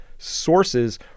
sources